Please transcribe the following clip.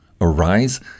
Arise